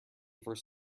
first